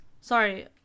sorry